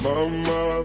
Mama